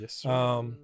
Yes